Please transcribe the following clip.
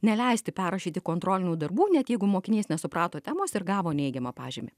neleisti perrašyti kontrolinių darbų net jeigu mokinys nesuprato temos ir gavo neigiamą pažymį